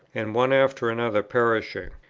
and one after another perishing?